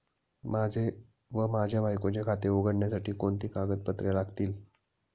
माझे व माझ्या बायकोचे खाते उघडण्यासाठी कोणती कागदपत्रे लागतील?